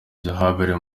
byabereye